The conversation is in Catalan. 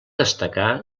destacar